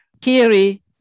Kiri